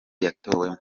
yatowemo